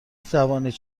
توانید